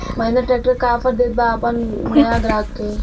Mahindra tractor का offer देत बा अपना नया ग्राहक के?